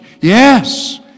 Yes